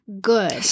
Good